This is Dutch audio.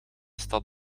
stad